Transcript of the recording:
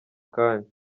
kanya